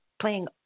playing